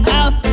out